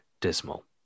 Dismal